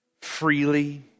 freely